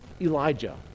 Elijah